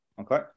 Okay